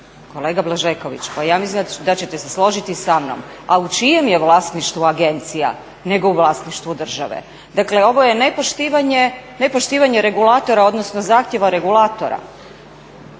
Kolega Blažeković pa ja mislim da ćete se složiti sa mnom, a u čijem je vlasništvu agencija nego u vlasništvu države. Dakle ovo je nepoštivanje regulatora odnosno zahtjeva regulatora,